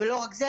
ולא רק זה.